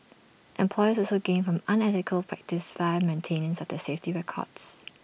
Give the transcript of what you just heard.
employers also gain from unethical practice via maintenance of their safety records